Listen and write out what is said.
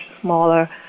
smaller